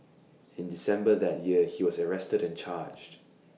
in December that year he was arrested and charged